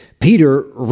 Peter